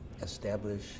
establish